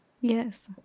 Yes